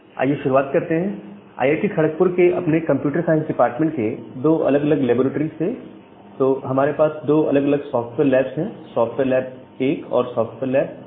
आइए शुरुआत करते हैं आईआईटी खड़गपुर केअपने कंप्यूटर साइंस डिपार्टमेंट के दो अलग अलग लैबोरेट्रीज से तो हमारे पास दो अलग अलग सॉफ्टवेयर लैब्स है सॉफ्टवेयर लैब 1 और सॉफ्टवेयर लैब 2